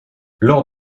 lors